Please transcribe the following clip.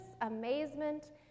amazement